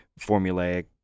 formulaic